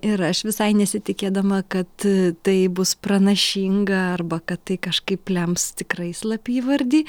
ir aš visai nesitikėdama kad tai bus pranašinga arba kad tai kažkaip lems tikrai slapyvardį